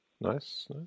Nice